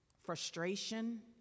frustration